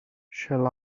shall